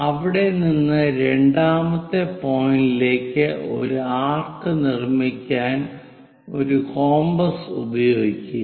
അവിടെ നിന്ന് രണ്ടാമത്തെ പോയിന്റിലേക്ക് ഒരു ആർക്ക് നിർമ്മിക്കാൻ ഒരു കോമ്പസ് ഉപയോഗിക്കുക